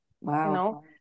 Wow